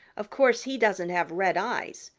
of course he doesn't have red eyes,